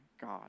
God